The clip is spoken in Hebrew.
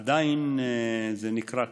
עדיין זה נקרא כך.